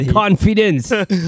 confidence